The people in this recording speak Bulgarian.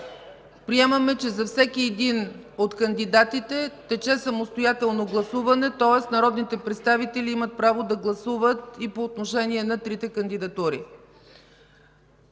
Приемаме, че за всеки един от кандидатите тече самостоятелно гласуване. Тоест, народните представители имат право да гласуват и по отношение на трите кандидатури.